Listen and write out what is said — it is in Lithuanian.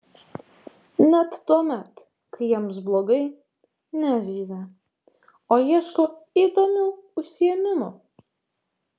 net tuomet kai jiems blogai nezyzia o ieško įdomių užsiėmimų